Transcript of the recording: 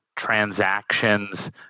transactions